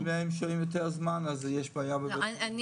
אם הם שוהים יותר זמן אז יש בעיה ב- -- אני